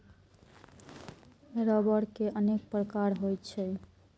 रबड़ के अनेक प्रकार होइ छै